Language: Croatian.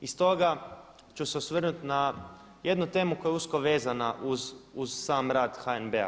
I stoga ću se osvrnuti na jednu temu koja je usko vezana uz sam rad HNB-a.